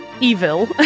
evil